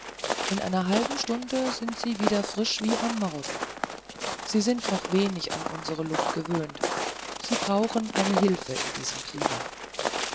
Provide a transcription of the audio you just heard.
in einer halben stunde sind sie wieder frisch wie am morgen sie sind noch zu wenig an unsere luft gewöhnt sie brauchen eine hilfe in diesem klima